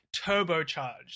turbocharged